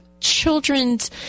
children's